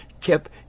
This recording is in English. kept